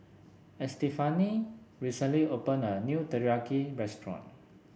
Estefany recently opened a new Teriyaki restaurant